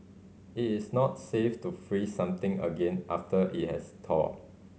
it is not safe to freeze something again after it has thawed